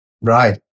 Right